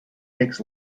takes